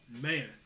Man